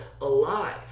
alive